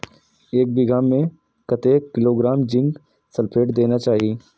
एक बिघा में कतेक किलोग्राम जिंक सल्फेट देना चाही?